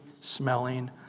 smelling